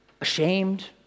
ashamed